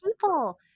people